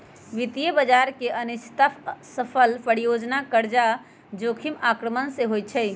वित्तीय बजार की अनिश्चितता, असफल परियोजना, कर्जा जोखिम आक्रमण से होइ छइ